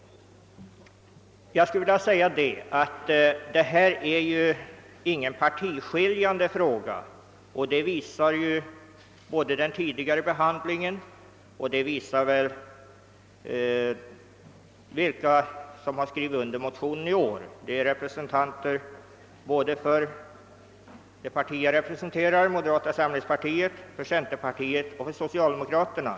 Det gäller inte någon partiskiljande fråga, vilket framgår både av den tidigare behandlingen och av de namn som står bakom årets motionspar. Det är repre sentanter för det parti jag representerar, moderata samlingspartiet, för centerpartiet och för socialdemokraterna.